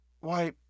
Why